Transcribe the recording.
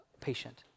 patient